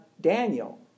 Daniel